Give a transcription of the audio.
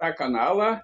tą kanalą